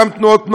גם תנועות נוער,